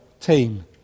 team